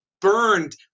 burned